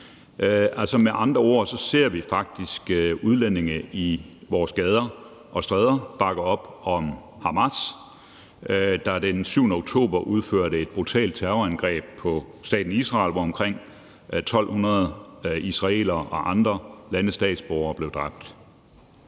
Med andre ord ser vi faktisk udlændinge i vores gader og stræder bakke op om Hamas, der den 7. oktober udførte et brutalt terrorangreb på staten Israel, hvor omkring 1.200 israelere og andre landes statsborgere blev dræbt.